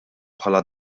bħala